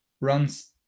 runs